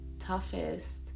toughest